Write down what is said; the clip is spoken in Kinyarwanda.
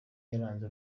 yaranze